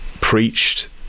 preached